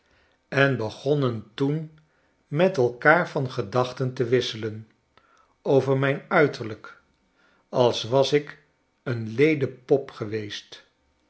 en begonnen toen met elkaar vangedachten te wisselen over mijn uiterlyk als was ik een ledepop geweest